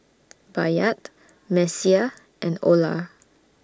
Bayard Messiah and Olar